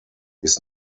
his